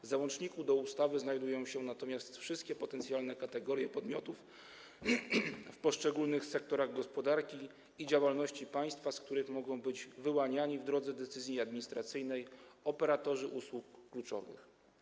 W załączniku do ustawy znajdują się natomiast wszystkie potencjalne kategorie podmiotów w poszczególnych sektorach gospodarki i działalności państwa, z których mogą być wyłaniani, w drodze decyzji administracyjnej, operatorzy usług kluczowych.